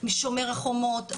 שומר חומות,